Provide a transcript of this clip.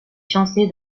fiancé